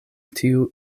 tiu